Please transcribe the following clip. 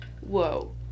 Whoa